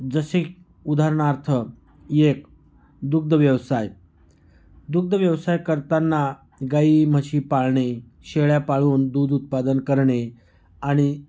जसे उदाहरणार्थ हे दुग्धव्यवसाय दुग्धव्यवसाय करताना गाई म्हशी पाळणे शेळ्या पाळून दूध उत्पादन करणे आणि